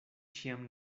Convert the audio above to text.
ĉiam